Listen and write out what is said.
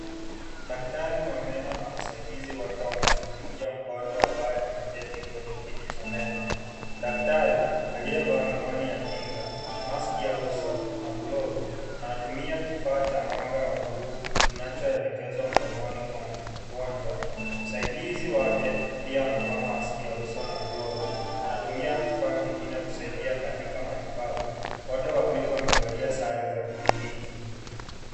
Daktari wa meno na msaidizi wake wanashughulikia mgonjwa ambaye ameketi kwenye kiti cha meno. Dakari aliyevaa miwani ya kinga, maski ya uso na glovu anatumia kifaa cha mwanga wa buluu kinachoelekezwa mdomoni kwa mgonjwa. Msaidizi wake pia amevaa maski ya uso na glovu. Anatumia kifaa kingine kusaidia katika matibabu. Wote wawili wamevalia sare za kliniki.